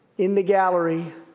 in the gallery.